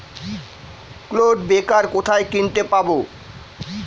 Clod breaker কোথায় কিনতে পাব?